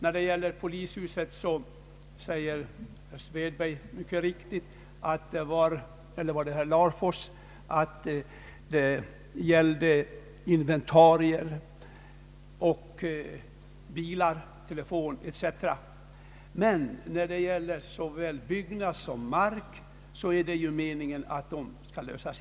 Vad gäller polishus säger herr Lar: fors, att inventarier, bilar, telefon etc skall övertas av staten utan vederlag men det är meningen att såväl byggnader som mark skall inlösas.